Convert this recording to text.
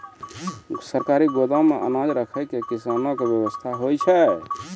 सरकारी गोदाम मे अनाज राखै के कैसनौ वयवस्था होय छै?